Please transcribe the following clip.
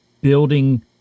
building